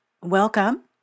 Welcome